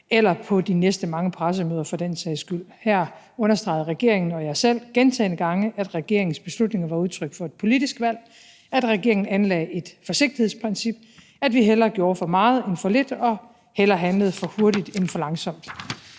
eller på de næste mange pressemøder, for den sags skyld. Her understregede regeringen og jeg selv gentagne gange, at regeringens beslutninger var udtryk for et politisk valg, at regeringen anlagde et forsigtighedsprincip, at vi hellere gjorde for meget end for lidt og hellere handlede for hurtigt end for langsomt.